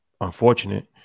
unfortunate